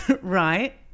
Right